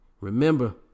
Remember